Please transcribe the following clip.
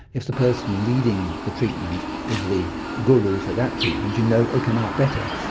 if the person leading the treatment is the guru for that treatment you know it will come out better.